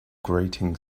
grating